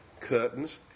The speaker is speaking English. curtains